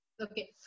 Okay